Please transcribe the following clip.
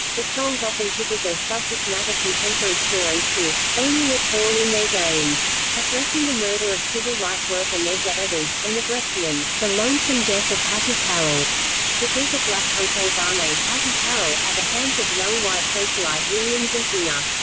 the songs often took as their subject matter contemporary stories, with only a pawn in their game addressing the murder of civil rights worker medgar evers and the brechtian the lonesome death of hattie carroll the death of black hotel barmaid hattie carroll, at the hands of young white socialite william zantzinger.